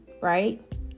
right